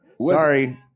Sorry